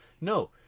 No